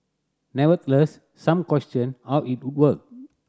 nevertheless some questioned how it would work